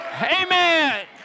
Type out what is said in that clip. amen